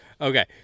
okay